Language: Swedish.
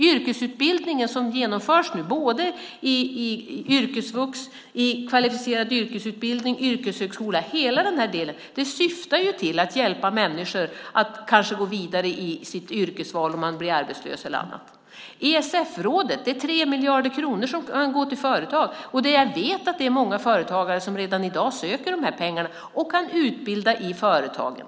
Yrkesutbildningen, som nu genomförs i yrkesvux, kvalificerad yrkesutbildning och yrkeshögskola, syftar till att hjälpa människor att gå vidare i sitt yrkesval om man bli arbetslös eller annat. Svenska ESF-rådet har 3 miljarder kronor som kan gå till företag. Jag vet att det är många företagare som redan i dag söker dessa pengar och kan utbilda i företagen.